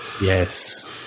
Yes